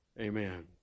Amen